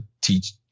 teach